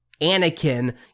Anakin